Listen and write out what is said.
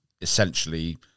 essentially